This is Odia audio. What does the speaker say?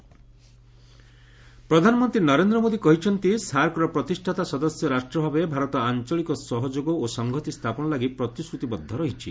ପିଏମ୍ ସାର୍କ ପ୍ରଧାନମନ୍ତ୍ରୀ ନରେନ୍ଦ୍ର ମୋଦି କହିଛନ୍ତି ସାର୍କର ପ୍ରତିଷ୍ଠାତା ସଦସ୍ୟ ରାଷ୍ଟ୍ର ଭାବେ ଭାରତ ଆଞ୍ଚଳିକ ସହଯୋଗ ଓ ସଂହତି ସ୍ଥାପନ ଲାଗି ପ୍ରତିଶ୍ରତିବଦ୍ଧ ରହିଛି